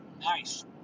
Nice